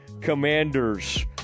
Commanders